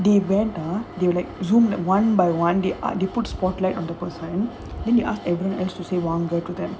they went ah they were like zoom like one by one they ah they put spotlight on the person then they ask everyone else to say one or two time